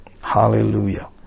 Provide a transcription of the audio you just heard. Hallelujah